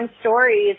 stories